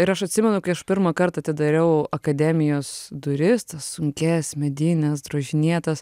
ir aš atsimenu kai aš pirmąkart atidariau akademijos duris sunkias medines drožinėtas